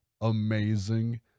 amazing